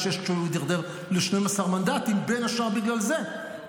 כשהוא הידרדר ל-12 מנדטים בין השאר בגלל זה,